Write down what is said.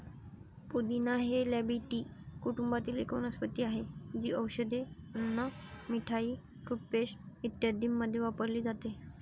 पुदिना हे लॅबिएटी कुटुंबातील एक वनस्पती आहे, जी औषधे, अन्न, मिठाई, टूथपेस्ट इत्यादींमध्ये वापरली जाते